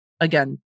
Again